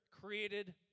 created